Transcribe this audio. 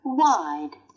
wide